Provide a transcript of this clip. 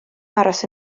aros